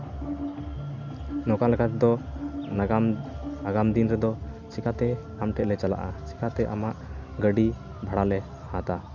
ᱱᱚᱝᱠᱟ ᱞᱮᱠᱟᱛᱮᱫᱚ ᱱᱟᱜᱟᱢ ᱟᱜᱟᱢ ᱫᱤᱱ ᱨᱮᱫᱚ ᱪᱮᱠᱟᱛᱮ ᱟᱢ ᱴᱷᱮᱱ ᱞᱮ ᱪᱟᱞᱟᱜᱼᱟ ᱪᱮᱠᱟᱛᱮ ᱟᱢᱟᱜ ᱜᱟᱹᱰᱤ ᱵᱷᱟᱲᱟ ᱞᱮ ᱦᱟᱛᱟ